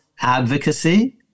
advocacy